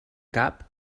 cap